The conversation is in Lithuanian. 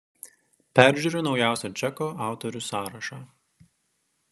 peržiūriu naujausią džeko autorių sąrašą